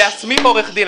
כי להסמיך עורך דין,